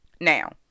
Now